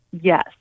Yes